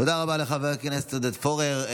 תודה רבה לחבר הכנסת עודד פורר.